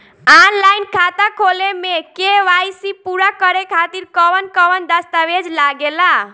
Online खाता खोले में के.वाइ.सी पूरा करे खातिर कवन कवन दस्तावेज लागे ला?